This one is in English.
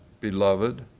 Beloved